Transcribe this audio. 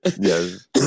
Yes